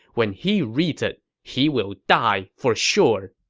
when he reads it, he will die for sure!